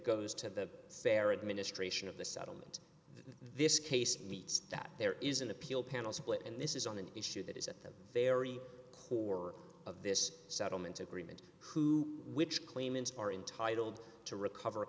goes to the fair administration of the settlement this case meets that there is an appeal panel split and this is on an issue that is at the very core of this settlement agreement who which claimants are entitled to recover